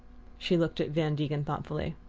she looked at van degen thoughtfully.